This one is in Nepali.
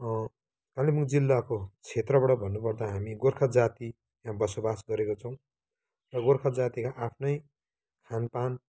कालिम्पोङ जिल्लाको क्षेत्रबाट भन्नु पर्दा हामी गोर्खा जाति बसोबास गरेका छौँ र गोर्खा जातिका आफ्नै खानपान